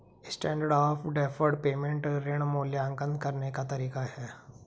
standard of deferred payment ऋण मूल्यांकन करने का तरीका है